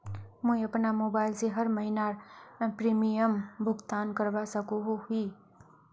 मुई अपना मोबाईल से हर महीनार प्रीमियम भुगतान करवा सकोहो ही?